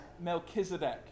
Melchizedek